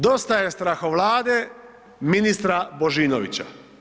Dosta je strahovlade ministra Božinovića.